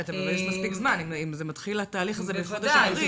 אבל יש מספיק זמן אם התהליך הזה מתחיל בחודש אפריל.